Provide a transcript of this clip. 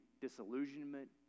disillusionment